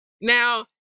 Now